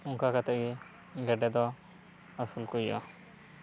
ᱚᱱᱠᱟ ᱠᱟᱛᱮᱜ ᱜᱮ ᱜᱮᱰᱮ ᱫᱚ ᱟᱥᱩᱞ ᱠᱚ ᱦᱩᱭᱩᱜᱼᱟ